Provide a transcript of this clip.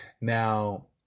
Now